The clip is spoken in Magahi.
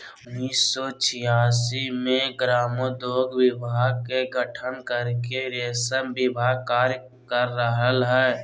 उन्नीस सो छिआसी मे ग्रामोद्योग विभाग के गठन करके रेशम विभाग कार्य कर रहल हई